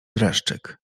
dreszczyk